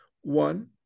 One